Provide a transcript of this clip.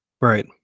Right